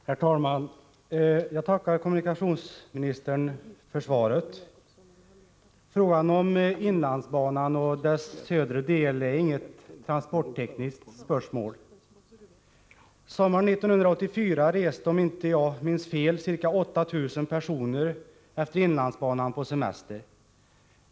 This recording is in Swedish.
Herr talman! Jag tackar kommunikationsministern för svaret. Frågan om inlandsbanan och dess södra del är inget transporttekniskt spörsmål. Sommaren 1984 reste, om jag inte minns fel, ca 8 000 personer med inlandsbanan på semester.